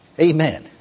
Amen